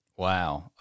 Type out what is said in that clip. Wow